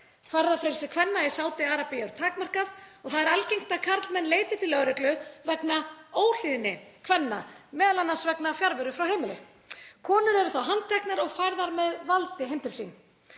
Ferðafrelsi kvenna í Sádi-Arabíu er takmarkað og það er algengt að karlmenn leiti til lögreglu vegna „óhlýðni“ kvenna, m.a. vegna fjarveru frá heimili. Konur eru þá handteknar og færðar með valdi heim til sín.